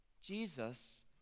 Jesus